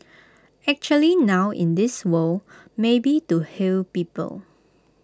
actually now in this world maybe to heal people